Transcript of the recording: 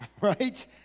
right